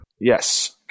Yes